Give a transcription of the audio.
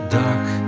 dark